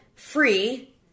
Free